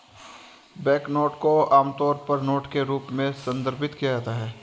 banknote को आमतौर पर नोट के रूप में संदर्भित किया जाता है